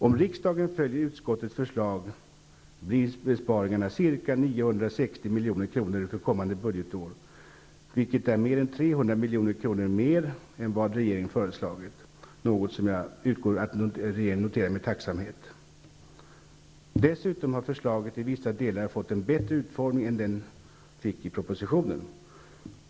Om riksdagen följer utskottets förslag, blir besparingarna ca 960 milj.kr. för kommande budgetår, vilket är mer än 300 milj.kr. mer än vad regeringen har föreslagit, något som jag utgår ifrån att regeringen noterar med tacksamhet. Dessutom har förslaget i vissa delar fått en bättre utformning än i propositionen.